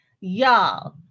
Y'all